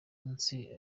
munsi